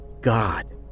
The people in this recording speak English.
God